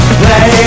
play